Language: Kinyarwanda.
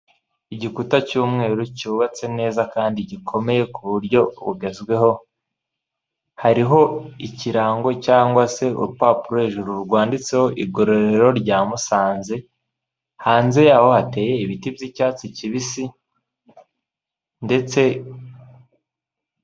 Igikuta cy'umweru cyubatse neza kandi gikomeye kuburyo bugezweho, hariho ikirango cyangwa se urupapuro hejuru rwanditseho "igororero rya Musanze", hanze yaho hateye ibiti by'icyatsi kibisi ndetse,